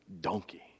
donkey